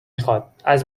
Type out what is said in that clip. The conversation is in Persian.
خواد، از